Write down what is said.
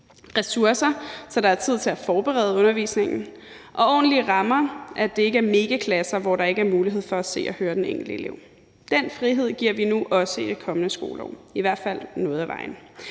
ressourcer, så der er tid til at forberede undervisningen, og ordentlige rammer, så det ikke er megaklasser, hvor der ikke er mulighed for at se og høre den enkelte elev. Den frihed giver vi nu også i det kommende skoleår – i hvert fald noget af vejen